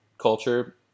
culture